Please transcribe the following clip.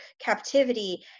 captivity